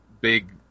big